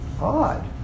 Odd